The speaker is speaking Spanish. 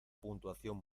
puntuación